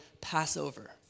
Passover